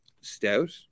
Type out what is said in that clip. stout